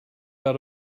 out